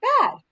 bad